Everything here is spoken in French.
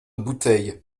bouteille